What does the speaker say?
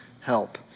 help